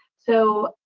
so,